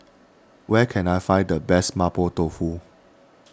where can I find the best Mapo Tofu